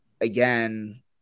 again